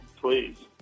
please